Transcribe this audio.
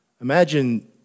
Imagine